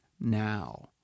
now